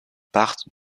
partent